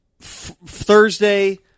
Thursday